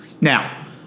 Now